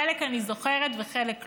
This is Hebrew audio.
חלק אני זוכרת וחלק לא,